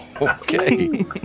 Okay